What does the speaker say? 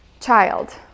child